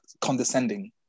condescending